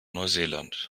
neuseeland